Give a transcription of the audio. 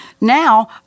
now